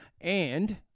and-